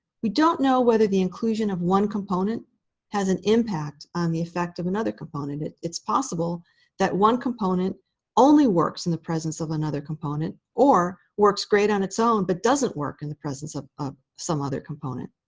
we don't know whether the inclusion of one component has an impact on the effect of another component. it's possible that one component only works in the presence of another component. or works great on its own, but doesn't work in the presence of ah some other component.